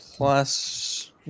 Plus